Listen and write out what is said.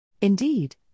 Indeed